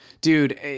dude